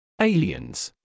Aliens